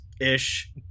Ish